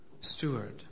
steward